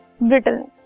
brittleness